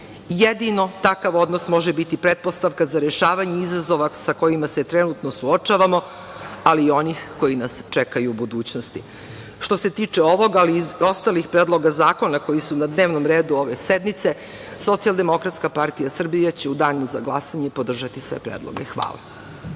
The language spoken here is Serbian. Jedino takav odnos može biti pretpostavka za rešavanje izazova sa kojima se trenutno suočavamo, ali i onih koji nas čekaju u budućnosti. Što se tiče ovoga, ali i ostalih predloga zakona koji su na dnevnom redu ove sednice, SDPS će u danu za glasanje podržati sve predloge. Hvala.